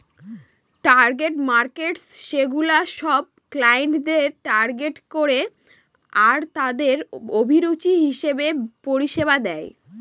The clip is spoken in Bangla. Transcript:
টার্গেট মার্কেটস সেগুলা সব ক্লায়েন্টদের টার্গেট করে আরতাদের অভিরুচি হিসেবে পরিষেবা দেয়